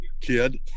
kid